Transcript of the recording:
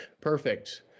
perfect